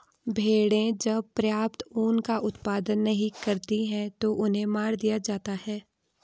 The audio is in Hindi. भेड़ें जब पर्याप्त ऊन का उत्पादन नहीं करती हैं तो उन्हें मार दिया जाता है